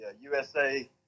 USA